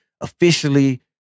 officially